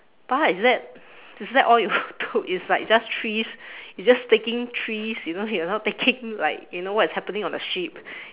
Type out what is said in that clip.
pa is that is that all you took is like just trees you're just taking trees you know you're not taking like you know what is happening on the ship